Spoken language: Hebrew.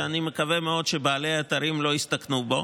שאני מקווה מאוד שבעלי האתרים לא יסתכנו בו,